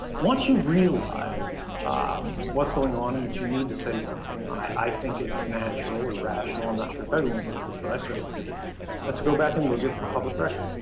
once you realize what's going on and that you need to say something, i think it's natural, irrational i'm not sure if everyone knows this, but i certainly did let's go back and look at the public record.